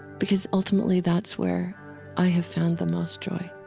because ultimately that's where i have found the most joy